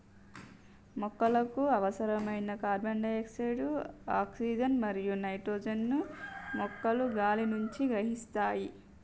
మొక్కలకు అవసరమైన carbon dioxide మరియు నైట్రోజన్ ను మొక్కలు గాలి నుండి గ్రహిస్తాయి